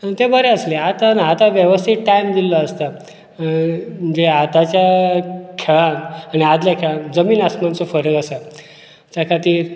ते बरें आसले आतां ना आतां वेवस्थीत टायम दिल्लो आसता म्हणजे आताच्या खेळान आनी आदल्या खेळान जमीन आसमानाचो फरक आसा त्या खातीर